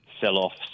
sell-offs